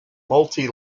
multi